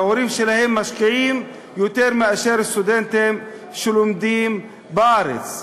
וההורים שלהם משקיעים יותר מאשר לגבי סטודנטים שלומדים בארץ.